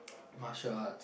martial arts